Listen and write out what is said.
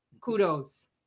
kudos